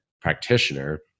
practitioner